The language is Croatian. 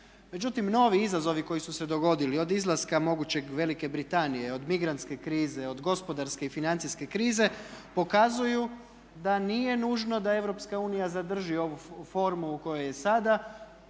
Međutim, novi izazovi koji su se dogodili, od izlaska mogućeg Velike Britanije, od migrantske krize, od gospodarske i financijske krize pokazuju da nije nužno da Europska unija zadrži ovu formu u kojoj je sada